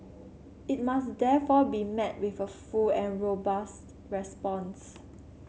it must therefore be met with a full and robust response